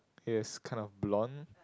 it is kind of blond